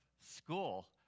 school